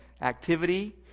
activity